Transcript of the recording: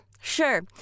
Sure